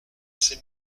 c’est